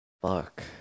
Fuck